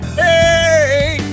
hey